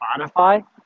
Spotify